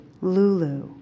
Lulu